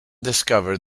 discovered